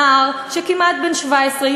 נער כמעט בן 17,